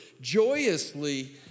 joyously